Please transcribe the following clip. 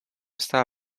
stała